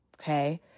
okay